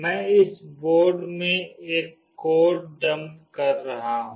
मैं इस बोर्ड में एक कोड डंप कर रही हूं